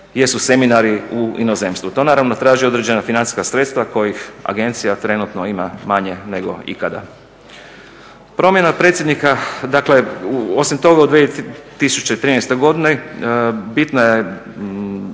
jesu seminari u inozemstvu. To naravno traži određena financijska sredstva kojih agencija trenutno ima manje nego ikada. Promjena predsjednika, dakle osim toga u 2013.godini bitan je